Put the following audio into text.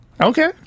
Okay